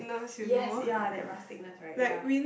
yes ya that rustiness right ya